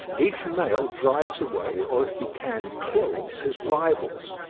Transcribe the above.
each male drives away, or if he can, kills his rivals.